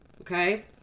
okay